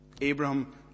Abraham